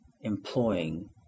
employing